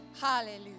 Hallelujah